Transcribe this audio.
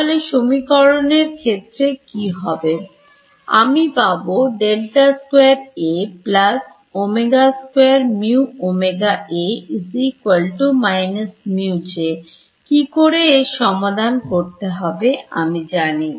তাহলে সমীকরণ এর ক্ষেত্রে কি হবে আমি পাব কি করে এর সমাধান করতে হবে আমি জানি